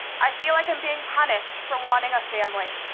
i feel like i'm being punished for wanting a family.